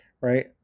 right